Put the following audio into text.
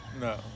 No